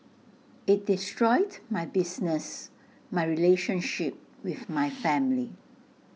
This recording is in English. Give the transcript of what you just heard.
IT destroyed my business my relationship with my family